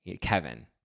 Kevin